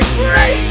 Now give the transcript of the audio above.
free